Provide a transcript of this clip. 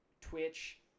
Twitch